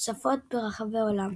שפות ברחבי העולם.